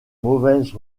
mauvaises